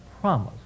promise